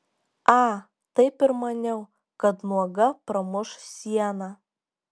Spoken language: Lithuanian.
a taip ir maniau kad nuoga pramuš sieną